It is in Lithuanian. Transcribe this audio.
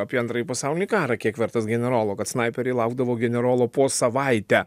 apie antrąjį pasaulinį karą kiek vertas generolo kad snaiperiai laukdavo generolo po savaitę